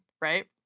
right